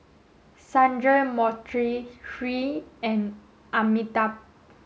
Sundramoorthy Hri and Amitabh